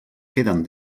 queden